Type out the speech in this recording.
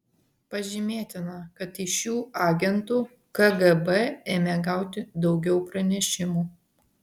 pažymėtina kad iš šių agentų kgb ėmė gauti daugiau pranešimų